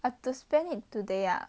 I've to spend it today ah